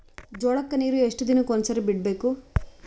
ಜೋಳ ಕ್ಕನೀರು ಎಷ್ಟ್ ದಿನಕ್ಕ ಒಂದ್ಸರಿ ಬಿಡಬೇಕು?